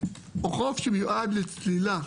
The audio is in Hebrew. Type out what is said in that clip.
או חוף שמיועד לצלילה,